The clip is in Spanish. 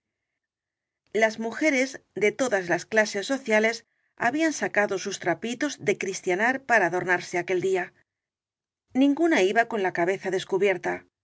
las mujeres de todas las clases sociales habían sacado sus trapitos de cristianar para adornarse aquel día ninguna iba con la cabeza descubierta